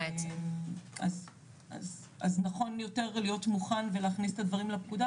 אז נכון להיות יותר מוכן ולהכניס את הדברים לפקודה